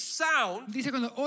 sound